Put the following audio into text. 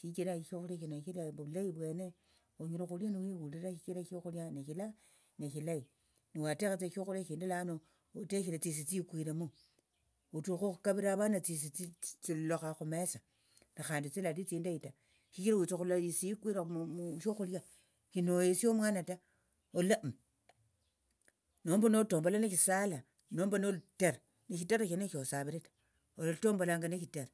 Shichira eshokhulia shino shilembe ovulayi vwene onyala okhulia niwihulira shichira shokhulia neshilayi nowatekhatsa shokhulia shindi lano oteshere tsisi tsikwiremo otukha okhukavira avana tsisi tsi tsilolokha khumesa nekhandi tsilali tsindayi ta shichira witsa okhulola isi ikwire mushokhulia shino hesie omwana ta olola uuh nomba notombola neshisala nomba nolutere neshitere sheneshi shosavire ta olatombola neshitere